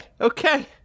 Okay